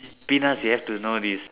Penas you have to know this